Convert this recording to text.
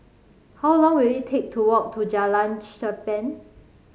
how long will it take to walk to Jalan Cherpen